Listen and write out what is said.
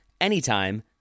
anytime